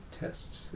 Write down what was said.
tests